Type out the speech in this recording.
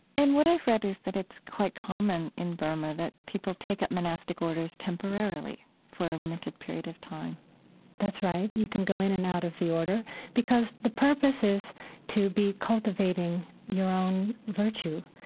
and what i've read is that it's quite common in burma that people take up monastic orders temporarily for a limited period of time that's right. you can go in and out of the order because the purpose is to be cultivating your own virtue.